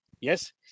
yes